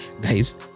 guys